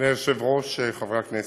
אדוני היושב-ראש, חברי הכנסת,